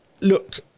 look